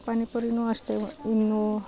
ಪಾನಿಪುರಿನು ಅಷ್ಟೆ ಇನ್ನು